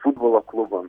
futbolo klubam